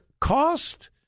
cost